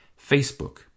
Facebook